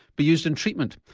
be used in treatment,